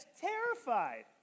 terrified